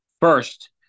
First